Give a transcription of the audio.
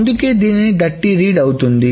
అందుకే ఇది డర్టీరీడ్ అవుతుంది